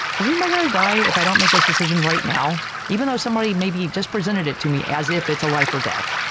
is anyone gonna die if i don't make this decision right now, even though somebody maybe just presented it to me as if it's a life or death,